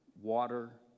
water